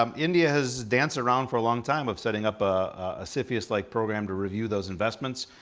um india has danced around for a long time of setting up a cfius-like program to review those investments.